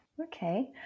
Okay